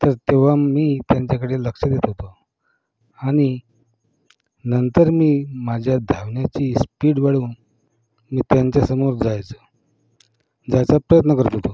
तर तेव्हा मी त्यांच्याकडे लक्ष देत होतो आणि नंतर मी माझ्या धावण्याची स्पीड वाढवून मी त्यांच्यासमोर जायचो जायचा प्रयत्न करत होतो